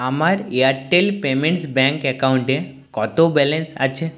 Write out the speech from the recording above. আমার Airtel payments bank অ্যাকাউন্টে কত ব্যালেন্স আছে